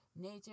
nature